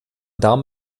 darm